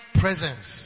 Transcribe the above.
presence